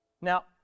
Now